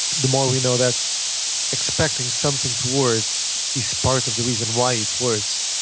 the more we know that expecting something to work is part of the reason why it works.